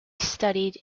studied